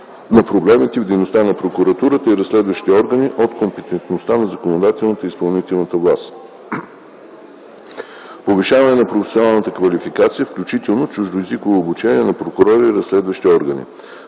на проблемите в дейността на прокуратурата и разследващите орани от компетентността на законодателната и изпълнителната власт; - повишаване на професионалната квалификация, включително чуждоезиковото обучение, на прокурори и разследващи органи;